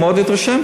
הוא מאוד התרשם.